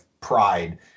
pride